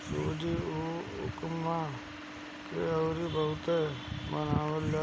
सूजी से उपमा, उत्तपम अउरी बहुते कुछ बनावल जाला